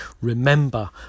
remember